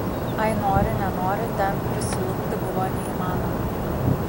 ai nori nenori ten prisilupti buvo neįmanoma